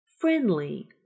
Friendly